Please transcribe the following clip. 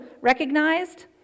recognized